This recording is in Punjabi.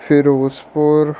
ਫਿਰੋਜ਼ਪੁਰ